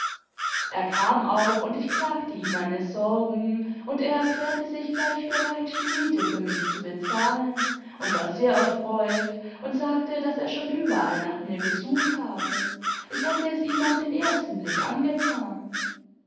er kam auch und ich klagte ihm meine sorgen und er erklärte sich gleich bereit die miete für mich zu bezahlen und war sehr erfreut und sage daß er schon überall nach mir gesucht habe ich hätte es ihm auf den ersten blick angetan